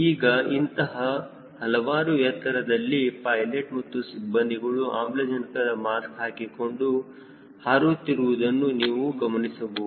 ಈಗ ಇಂತಹ ಹಲವಾರು ಎತ್ತರದಲ್ಲಿ ಪೈಲೆಟ್ ಮತ್ತು ಸಿಬ್ಬಂದಿಗಳು ಆಮ್ಲಜನಕದ ಮಾಸ್ಕ್ ಹಾಕಿಕೊಂಡು ಹಾರುತ್ತಿರುವುದನ್ನು ನೀವು ಗಮನಿಸಬಹುದು